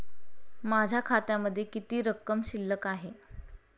माझ्या खात्यामध्ये किती रक्कम शिल्लक आहे?